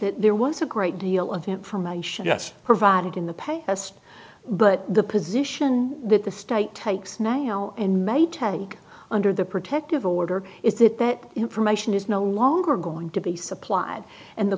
that there was a great deal of information that's provided in the past but the position that the state takes now and may take under the protective order is that that information is no longer going to be supplied and the